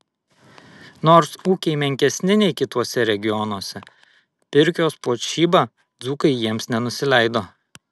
nors ūkiai menkesni nei kituose regionuose pirkios puošyba dzūkai jiems nenusileido